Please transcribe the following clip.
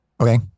Okay